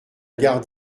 gare